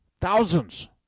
thousands